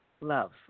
Love